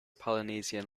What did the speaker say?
polynesian